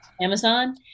Amazon